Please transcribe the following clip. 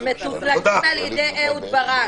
ומתודלקים על ידי אהוד ברק.